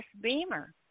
Beamer